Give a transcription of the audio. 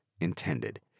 intended